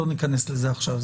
לא ניכנס לזה עכשיו,